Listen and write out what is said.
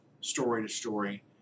story-to-story